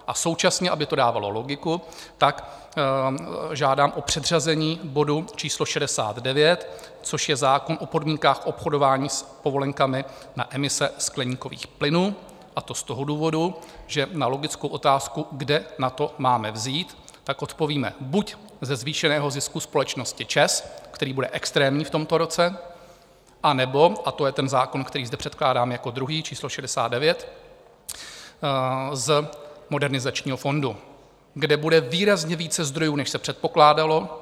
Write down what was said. A současně, aby to dávalo logiku, žádám o předřazení bodu číslo 69, což je zákon o podmínkách obchodování s povolenkami na emise skleníkových plynů, a to z důvodu, že na logickou otázku, kde na to máme vzít, odpovíme: Buď ze zvýšeného zisku společnosti ČEZ, který bude extrémní v tomto roce, anebo a to je ten zákon, který zde předkládám jako druhý, číslo 69 z Modernizačního fondu, kde bude výrazně více zdrojů, než se předpokládalo.